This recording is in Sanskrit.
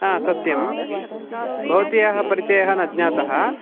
आ सत्यम् भवत्याः परिचयः न ज्ञातः